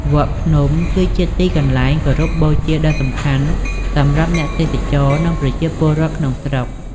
វត្តភ្នំ គឺជាទីកន្លែងគោរពបូជាដ៏សំខាន់សម្រាប់អ្នកទេសចរ និងប្រជាពលរដ្ឋក្នុងស្រុក។